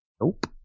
Nope